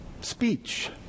speech